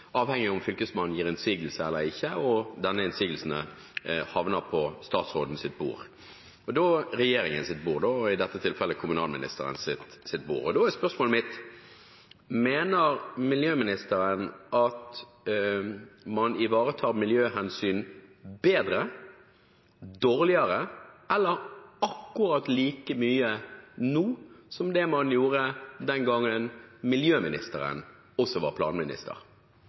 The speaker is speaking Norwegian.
og disse innsigelsene havner på statsrådens bord – regjeringens bord – i dette tilfellet kommunalministerens bord. Da er spørsmålet mitt: Mener miljøministeren at man ivaretar miljøhensyn bedre, dårligere eller akkurat like godt nå som det man gjorde den gangen miljøministeren også var planminister?